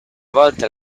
volta